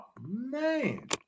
man